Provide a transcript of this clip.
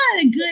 Good